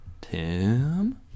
Tim